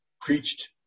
preached